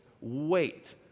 wait